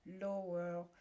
lower